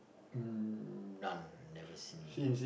um none never seen